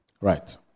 right